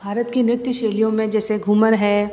भारत की नृत्य शैलियों में जैसे घूमर है